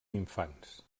infants